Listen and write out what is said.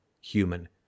human